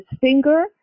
finger